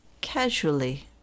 casually